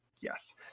yes